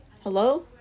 Hello